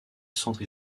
centre